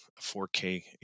4K